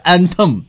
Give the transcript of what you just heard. Anthem